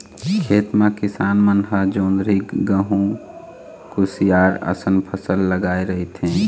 खेत म किसान मन ह जोंधरी, गहूँ, कुसियार असन फसल लगाए रहिथे